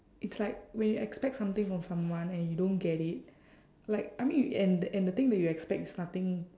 it's like when you expect something from someone and you don't get it like I mean y~ and the and the thing that you expect is nothing